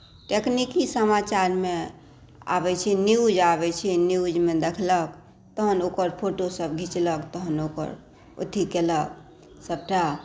तकनीकी समाचारमे आबै छै न्यूज आबै छै न्यूजमे देखलक तहन ओकर फोटो सभ खिचलक तहन अथी केलक सभटा